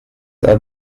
are